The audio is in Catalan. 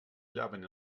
llaven